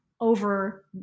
over